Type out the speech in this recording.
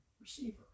receiver